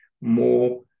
more